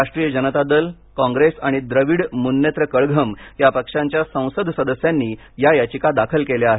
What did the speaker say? राष्ट्रीय जनता दल काँग्रेस आणि द्रविड मुनेत्र कळघम या पक्षांच्या संसद सदस्यांनी या याचिका दाखल केल्या आहेत